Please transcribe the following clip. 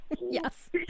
Yes